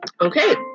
Okay